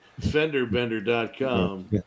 Fenderbender.com